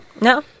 No